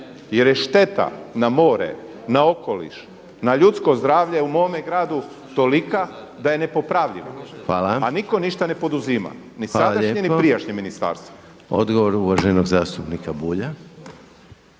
jer je šteta na more, na okoliš, na ljudsko zdravlje u mome gradu tolika da je nepopravljivo, a niko ništa ne poduzima ni sadašnje ni prijašnje ministarstvo.